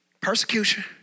Persecution